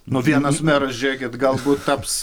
nu vienas meras žiūrėkit galbūt taps